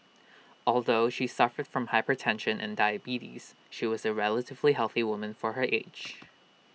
although she suffered from hypertension and diabetes she was A relatively healthy woman for her age